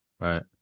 right